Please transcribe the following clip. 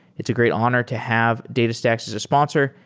it's a great honor to have datastax as a sponsor,